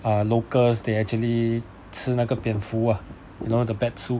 uh locals they actually 吃那个蝙蝠 ah you know the bat soup